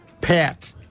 pat